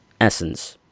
essence